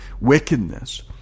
wickedness